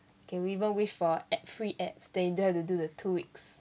can even wish for ab~ free abs then you don't have to do the two weeks